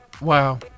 Wow